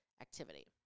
activity